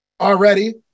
already